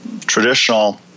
traditional